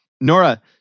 Nora